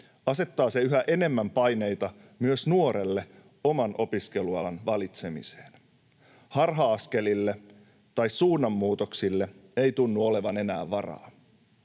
asettaa se yhä enemmän paineita myös nuorelle oman opiskelualan valitsemiseen. Harha-askelille tai suunnanmuutoksille ei tunnu olevan enää varaa.